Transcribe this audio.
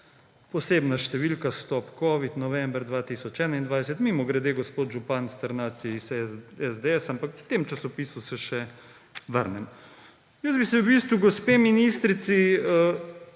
Posebna številka Stop covid, november 2021. Mimogrede, gospod župan Strnad je iz SDS, ampak k temu časopisu se še vrnem. Jaz bi se gospe ministrici